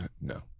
no